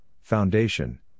foundation